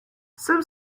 some